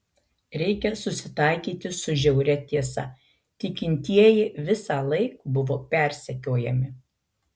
reikia susitaikyti su žiauria tiesa tikintieji visąlaik buvo persekiojami